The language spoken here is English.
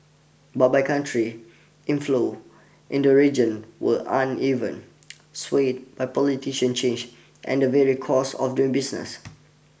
but by country inflows into region were uneven swayed by politician changed and the vary costs of doing business